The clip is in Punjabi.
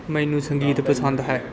ਮੈਨੂੰ ਸੰਗੀਤ ਪਸੰਦ ਹੈ